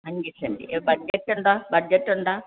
അഞ്ച് cent budget എന്താണ് budget എന്താണ്